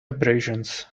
abrasions